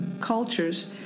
cultures